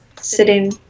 sitting